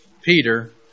Peter